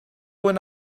when